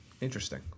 Interesting